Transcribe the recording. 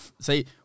say